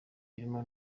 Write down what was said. birimo